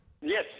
yes